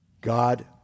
God